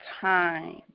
time